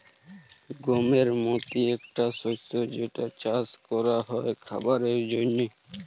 গমের মতি একটা শস্য যেটা চাস ক্যরা হ্যয় খাবারের জন্হে